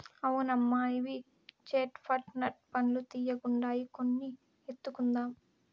అవునమ్మా ఇవి చేట్ పట్ నట్ పండ్లు తీయ్యగుండాయి కొన్ని ఎత్తుకుందాం